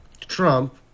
Trump